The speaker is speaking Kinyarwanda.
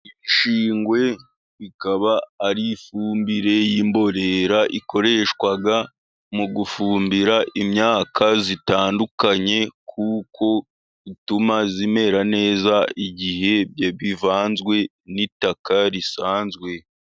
Ibishingwe ikaba ari ifumbire y'imborera ikoreshwa mu gufumbira imyaka itandukanye, kuko ituma imera neza igihe bivanzwe n'itaka risanzwe.